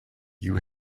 you